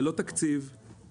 ללא תקציב,